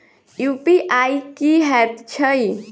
UPI की हएत छई?